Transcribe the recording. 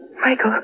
Michael